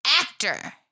actor